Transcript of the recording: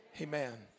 Amen